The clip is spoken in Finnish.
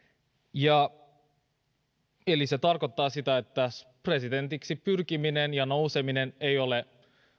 eli se tarkoittaa sitä että presidentiksi pyrkiminen ja nouseminen ei ole